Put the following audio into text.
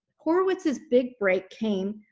horowitz's big break came